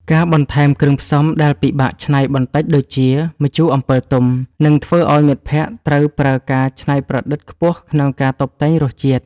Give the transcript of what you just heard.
ការបន្ថែមគ្រឿងផ្សំដែលពិបាកច្នៃបន្តិចដូចជា ម្ជូរអំពិលទុំ នឹងធ្វើឱ្យមិត្តភក្តិត្រូវប្រើការច្នៃប្រឌិតខ្ពស់ក្នុងការតុបតែងរសជាតិ។